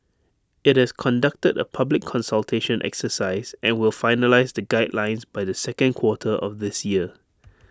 IT has conducted A public consultation exercise and will finalise the guidelines by the second quarter of this year